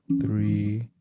three